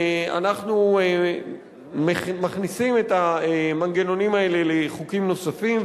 אנחנו מכניסים את המנגנונים האלה לחוקים נוספים,